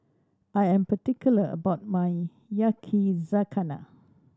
I am particular about my Yakizakana